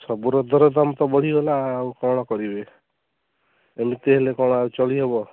ସବୁର ଦରଦାମ୍ ତ ବଢ଼ି ଗଲା ଆଉ କ'ଣ କରିବେ ଏମିତି ହେଲେ କ'ଣ ଆଉ ଚଳି ହେବ